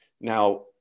Now